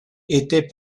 étaient